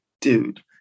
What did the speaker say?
dude